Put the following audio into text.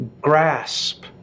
grasp